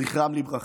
זכרם לברכה,